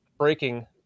Breaking